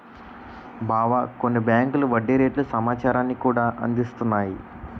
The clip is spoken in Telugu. బావా కొన్ని బేంకులు వడ్డీ రేట్ల సమాచారాన్ని కూడా అందిస్తున్నాయి